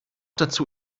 dazu